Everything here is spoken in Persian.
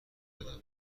دادم